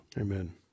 Amen